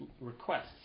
requests